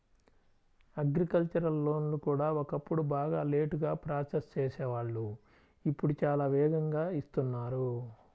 agricultural లోన్లు కూడా ఒకప్పుడు బాగా లేటుగా ప్రాసెస్ చేసేవాళ్ళు ఇప్పుడు చాలా వేగంగా ఇస్తున్నారు